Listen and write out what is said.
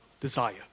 desire